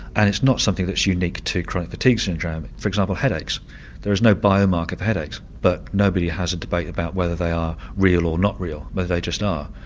and it's not something that's unique to chronic fatigue syndrome. for example, headaches there is no bio-mark of headaches but nobody has a debate about whether they are real or not real, but they just are.